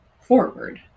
forward